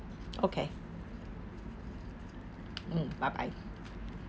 okay mm bye bye